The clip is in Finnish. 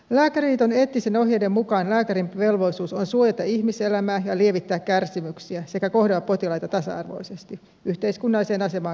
lääkäriliiton eettisten ohjeiden mukaan lääkärin velvollisuus on suojata ihmiselämää ja lievittää kärsimyksiä sekä kohdella potilaita tasa arvoisesti yhteiskunnalliseen asemaan katsomatta